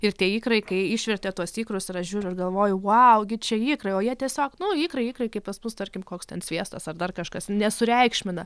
ir tie ikrai kai išvertė tuos tikrus ir aš žiūriu ir galvoju vau gi čia ikrai o jie tiesiog nu ikrai ikrai kaip pas mus tarkim koks ten sviestas ar dar kažkas nesureikšmina